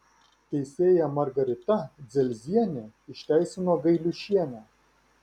teisėja margarita dzelzienė išteisino gailiušienę